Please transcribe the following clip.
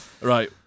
right